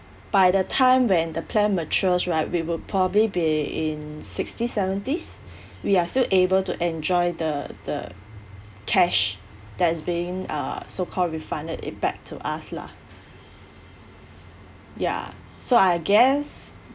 by the time when the plan matures right we would probably be in sixties seventies we are still able to enjoy the the cash that's being uh so called refunded it back to us lah ya so I guess